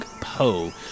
Poe